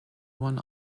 one